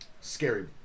scary